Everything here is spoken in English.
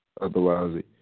Otherwise